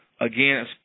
Again